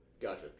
Gotcha